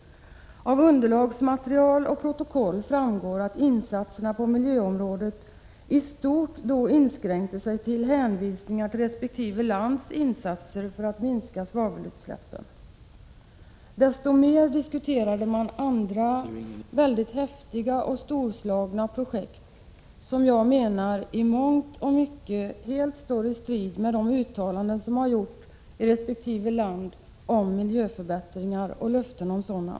Av underlagsmaterial och protokoll framgår att insatserna på miljöområdet då i stort inskränkte sig till hänvisningar till resp. lands insatser för att minska svavelutsläppen. Men desto mer diskuterade man andra väldigt ”häftiga” och storslagna projekt, som jag menar i mångt och mycket helt står i strid med de uttalanden som har gjorts i resp. land om miljöförbättringar och löften om sådana.